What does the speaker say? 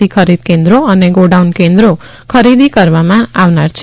C ખરીદ કેન્દ્રી અને ગોડાઉન કેન્દ્રી ખરીદી કરવામાં આવનાર છે